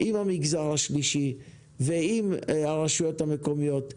עם המגזר השלישי ועם הרשויות המקומיות.